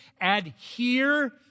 adhere